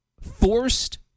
forced